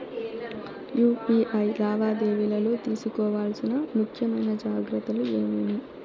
UPI లావాదేవీలలో తీసుకోవాల్సిన ముఖ్యమైన జాగ్రత్తలు ఏమేమీ?